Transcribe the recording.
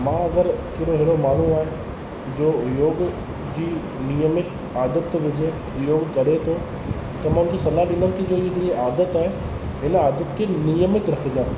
मां अगरि कहिड़ो हेड़ो माण्हूं आहे जो योग जी नियमित आदत थो विझे योगु करे थो त मां हुन खे सलाहु ॾींदमि त जो ही तुंहिंजी आदत आहे हिन आदत खे नियमित रखिजांइ